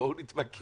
בואו נתמקד.